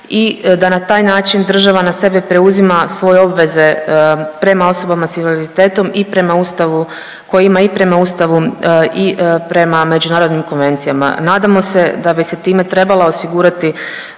i da na taj način držana na sebe preuzima svoje obveze prema osobama s invaliditetom i prema Ustavu i koji ima prema Ustavu i prema međunarodnim konvencijama. Nadamo se da bi se time trebala osigurati